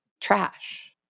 trash